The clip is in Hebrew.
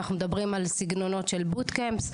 אנחנו מדברים על סגנונות של בוטקמפס,